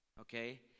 okay